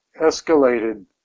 escalated